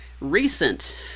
recent